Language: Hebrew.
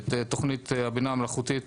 את תוכנית הבינה המלאכותית